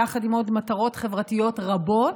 יחד עם עוד מטרות חברתיות רבות,